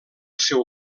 seu